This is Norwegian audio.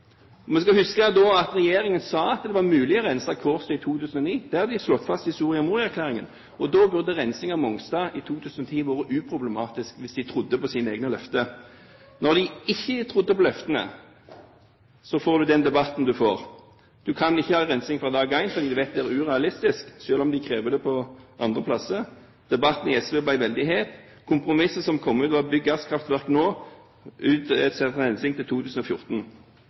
Vi skal huske at regjeringen sa at det var mulig å rense Kårstø i 2009 – det har de slått fast i Soria Moria-erklæringen – og da burde rensing av Mongstad i 2010 være uproblematisk, hvis de trodde på sine egne løfter. Når de ikke trodde på løftene, får man den debatten man får. Du kan ikke ha rensing fra dag én, fordi du vet det er urealistisk, selv om de krever det andre steder. Debatten i SV ble veldig het. Kompromisset som kom ut, var: bygg gasskraftverk nå, utsett rensing til 2014.